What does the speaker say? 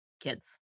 kids